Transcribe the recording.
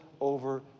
over